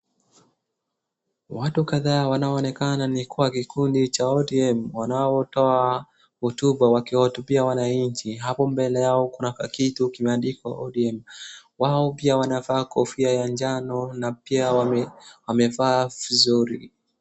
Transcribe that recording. Watu kadhaa wanaonekana ni kuwa kikundi cha ODM wanaotoa hotuba wakiwahutubia wananchi. Hapo mbele yao kuna kakitu kimeandikwa ODM. Wao pia wanavaa kofia ya njano na pia wamevaa vizuri.